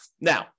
Now